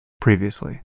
previously